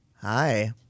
hi